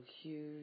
huge